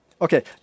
Okay